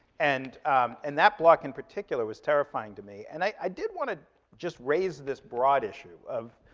and and that block in particular was terrifying to me. and i did want to just raise this broad issue of,